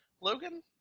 Logan